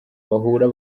bahura